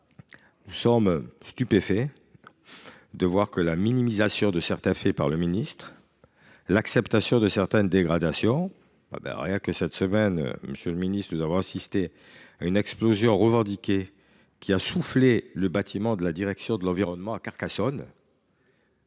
Nous sommes stupéfaits par la minimisation de certains faits et l’acceptation de certaines dégradations par le ministre. Rien que cette semaine, monsieur le ministre, nous avons assisté à une explosion revendiquée qui a soufflé le bâtiment de la direction de l’environnement à Carcassonne,